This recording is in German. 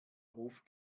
hof